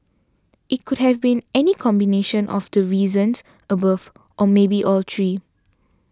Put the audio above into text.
it could have been any combination of the reasons above or maybe all three